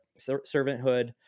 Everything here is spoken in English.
servanthood